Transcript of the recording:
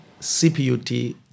CPUT